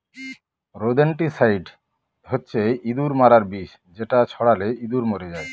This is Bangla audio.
রোদেনটিসাইড হচ্ছে ইঁদুর মারার বিষ যেটা ছড়ালে ইঁদুর মরে যায়